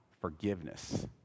forgiveness